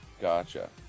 Gotcha